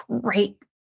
great